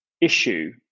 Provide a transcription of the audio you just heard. issue